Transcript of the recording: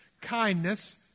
kindness